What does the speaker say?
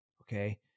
Okay